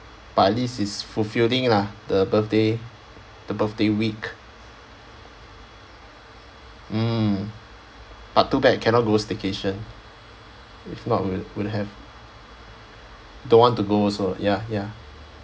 but at least is fulfilling lah the birthday the birthday week mm but too bad cannot go staycation if not would would have don't want to go also ya ya